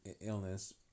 illness